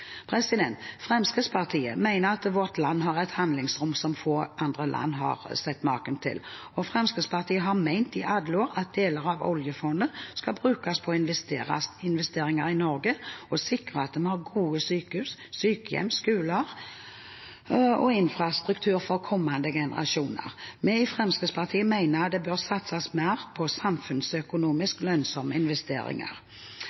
Fremskrittspartiet mener at vårt land har et handlingsrom som få andre land har sett maken til, og Fremskrittspartiet har i alle år ment at deler av oljefondet skal brukes til investeringer i Norge og sikre at vi har gode sykehus, sykehjem, skoler og infrastruktur for kommende generasjoner. Vi i Fremskrittspartiet mener det bør satses mer på